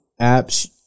apps